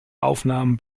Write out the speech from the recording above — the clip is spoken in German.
aufnahmen